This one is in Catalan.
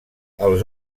els